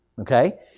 okay